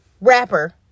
rapper